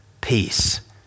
peace